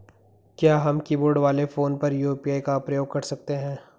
क्या हम कीबोर्ड वाले फोन पर यु.पी.आई का प्रयोग कर सकते हैं?